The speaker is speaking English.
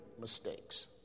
mistakes